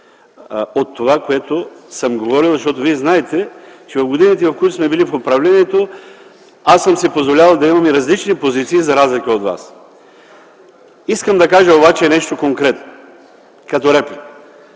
основания да го правя. Защото Вие знаете, че през годините, в които сме били в управлението, аз съм си позволявал да имам и различни позиции, за разлика от Вас. Искам да кажа обаче нещо конкретно, като реплика,